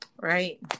right